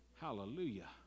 Hallelujah